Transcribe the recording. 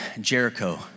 Jericho